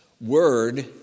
word